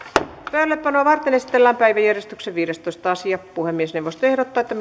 pöydällepanoa varten esitellään päiväjärjestyksen viidestoista asia puhemiesneuvosto ehdottaa että